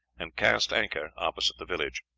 and cast anchor opposite the village.